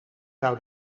zou